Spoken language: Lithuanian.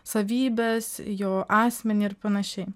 savybes jo asmenį ir panašiai